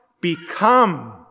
become